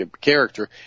character